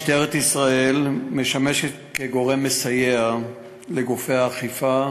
משטרת ישראל משמשת גורם מסייע לגופי האכיפה